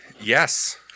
yes